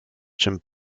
czym